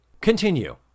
Continue